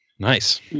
Nice